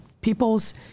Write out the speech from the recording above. people's